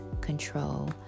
control